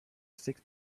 six